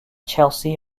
chelsea